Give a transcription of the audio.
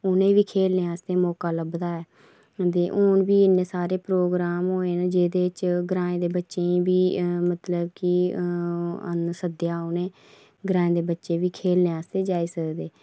उ'नेंगी बी खेलने आस्ते मौका लब्भदा ऐ ते हून बी इन्ने सारे प्रोग्राम होए न जेहदे च ग्राएं दे बच्चें बी मतलब कि सद्देआ उ'नें ग्राएं दे बच्चे बी खेलने आस्तै जाई सकदे